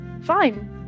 fine